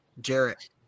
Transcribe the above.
Jarrett